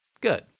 good